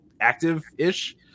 active-ish